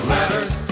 Letters